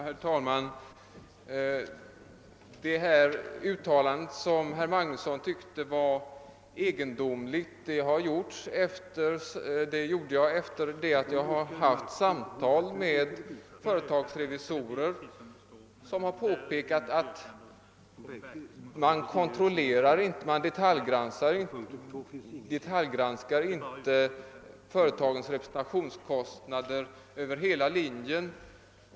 Herr talman! Det uttalande som herr Magnusson i Borås tyckte var egendomligt gjorde jag sedan jag haft ett samtal med några företagsrevisorer, som sade att man inte detaljgranskar företagens representationskostnader över hela linjen.